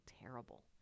terrible